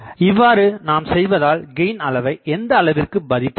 இவ்வாறு நாம் செய்வதால் கெயின் அளவு எந்தஅளவிற்கு பாதிப்பு அடையும்